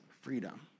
freedom